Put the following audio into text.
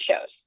shows